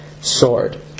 sword